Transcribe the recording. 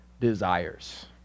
desires